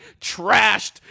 trashed